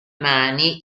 mani